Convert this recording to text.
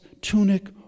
tunic